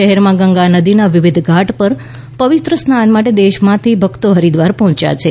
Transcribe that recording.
શહેરમાં ગંગા નદીના વિવિધ ઘાટ પર પવિત્ર સ્નાન માટે દેશભરમાંથી ભક્તો હરિદ્વાર પહોંચ્યા છે